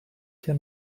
can